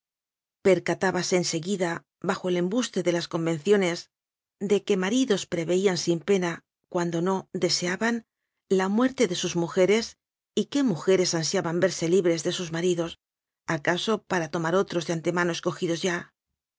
percatábase en seguida bajo el embuste de las convenciones de que maridos preveían sin pena cuando no deseaban la muerte de sus mujeres y qué mujeres an siaban verse libres de sus maridos acaso para tomar otros de antemano escojidos ya